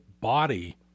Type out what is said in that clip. body